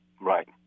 right